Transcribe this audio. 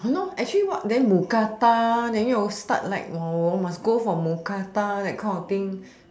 no actually what then mookata then you all start like !wow! must for mookata that kind of thing